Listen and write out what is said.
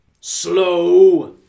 Slow